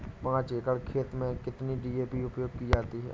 पाँच एकड़ खेत में कितनी डी.ए.पी उपयोग की जाती है?